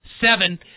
seven